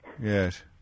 Yes